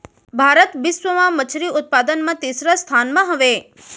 भारत बिश्व मा मच्छरी उत्पादन मा तीसरा स्थान मा हवे